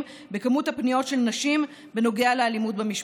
במספר הפניות של נשים בנוגע לאלימות במשפחה.